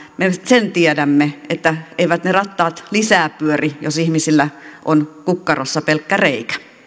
me nyt sen tiedämme että eivät ne rattaat lisää pyöri jos ihmisillä on kukkarossa pelkkä reikä